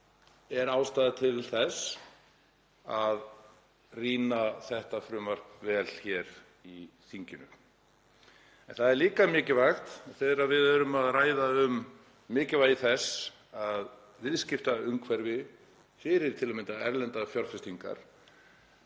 er ástæða til þess að rýna þetta frumvarp vel hér í þinginu. En það er líka mikilvægt þegar við erum að ræða um mikilvægi viðskiptaumhverfis fyrir til að mynda erlendar fjárfestingar